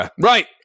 Right